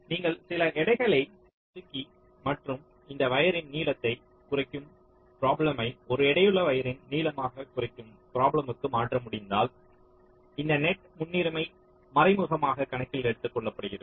நீங்கள் சில எடைகளை ஒதுக்கி மற்றும் இந்த வயரின் நீளத்தைக் குறைக்கும் ப்ரோப்லேம்யை ஒரு எடையுள்ள வயரின் நீளமாக குறைக்கும் ப்ரோப்லேம்க்கு மாற்ற முடிந்தால் இந்த நெட் முன்னுரிமை மறைமுகமாக கணக்கில் எடுத்துக்கொள்ளப்படுகிறது